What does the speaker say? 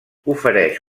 ofereix